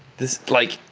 this like,